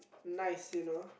nice you know